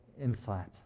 insight